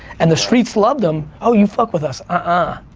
and the streets love them, oh you fuck with us. ah